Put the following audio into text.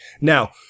Now